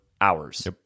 hours